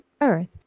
earth